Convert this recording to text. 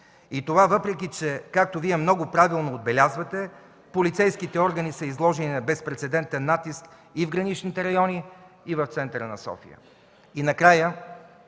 И това въпреки че, както Вие много правилно отбелязвате, полицейските органи са изложени на безпрецедентен натиск и в граничните райони, и в центъра на София.